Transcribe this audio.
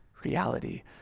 reality